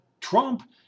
Trump